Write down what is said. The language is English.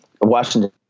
Washington